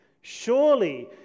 Surely